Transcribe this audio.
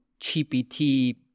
GPT